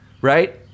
Right